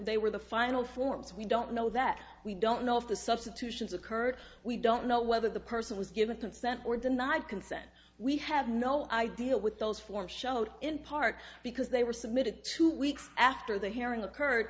they were the final forms we don't know that we don't know if the substitutions occurred we don't know whether the person was given consent or deny consent we have no idea what those forms showed in part because they were submitted two weeks after the hearing occurred